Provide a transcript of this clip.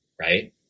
right